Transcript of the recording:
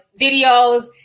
videos